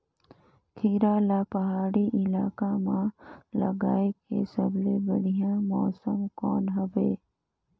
खीरा ला पहाड़ी इलाका मां लगाय के सबले बढ़िया मौसम कोन हवे?